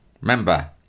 Remember